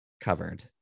covered